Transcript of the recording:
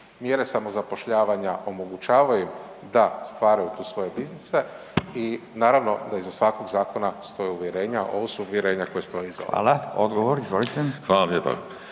mjere samozapošljavanja omogućavaju da stvaraju tu svoje biznise i naravno da iza svakog zakona stoji uvjerenje, ovo su uvjerenja koja stoji iza Vlade. **Radin, Furio (Nezavisni)** Hvala.